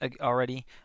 already